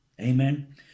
Amen